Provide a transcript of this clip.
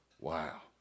Wow